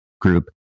group